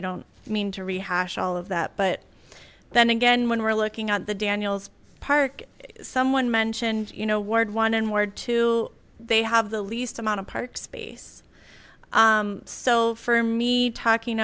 i don't mean to rehash all of that but then again when we're looking at the daniels park someone mentioned you know ward one and ward two they have the least amount of parks space so for me talking